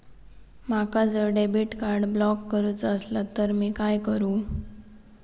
माका जर debit card block करूचा असला तर मी काय करू?